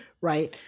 Right